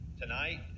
Tonight